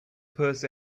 purse